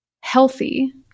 healthy